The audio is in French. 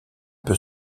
peut